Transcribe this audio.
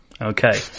Okay